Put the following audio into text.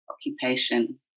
occupation